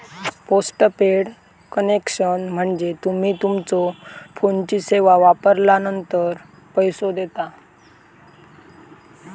postpaid connection म्हणजे तुम्ही तुमच्यो फोनची सेवा वापरलानंतर पैसो देता